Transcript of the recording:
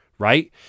right